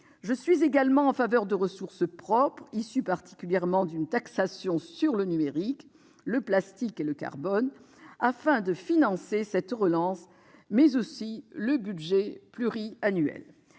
Je suis également en faveur de ressources propres, issues notamment d'une taxation du numérique, du plastique et du carbone, afin de financer cette relance, mais aussi le budget pluriannuel.